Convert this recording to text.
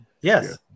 Yes